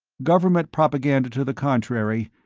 government propaganda to the contrary,